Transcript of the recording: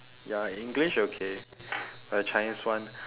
ya english okay but chinese one